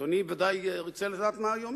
אדוני ודאי ירצה לדעת מה היא אומרת.